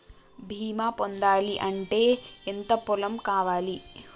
బీమా పొందాలి అంటే ఎంత పొలం కావాలి?